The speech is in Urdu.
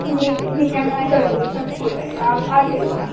جی جی ٹھیک ہے میں کر دوں گی سب ہو جائے گا آپ آ جائیے گا